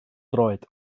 droed